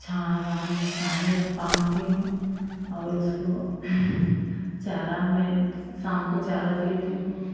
छाँह वहाँ छाँह में बांधती हूँ और उसको चारा मैं शाम को चारा देती हूँ